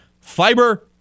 Fiber